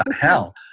hell